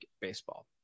Baseball